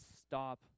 stop